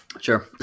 Sure